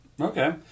Okay